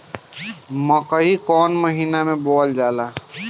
मकई कौन महीना मे बोअल जाला?